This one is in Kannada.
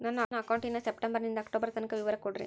ನನ್ನ ಅಕೌಂಟಿನ ಸೆಪ್ಟೆಂಬರನಿಂದ ಅಕ್ಟೋಬರ್ ತನಕ ವಿವರ ಕೊಡ್ರಿ?